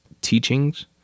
teachings